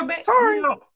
sorry